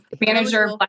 manager